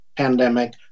pandemic